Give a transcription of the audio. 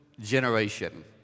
generation